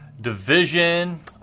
division